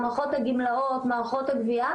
מערכות הגמלאות ומערכות הגבייה,